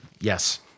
Yes